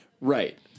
right